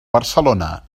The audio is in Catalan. barcelona